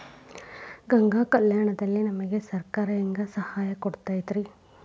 ಗಂಗಾ ಕಲ್ಯಾಣ ದಲ್ಲಿ ನಮಗೆ ಸರಕಾರ ಹೆಂಗ್ ಸಹಾಯ ಕೊಡುತೈತ್ರಿ?